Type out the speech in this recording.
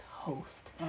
host